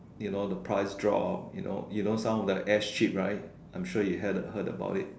you know the price drop you know you know some of the ash chips right I'm sure you had heard about it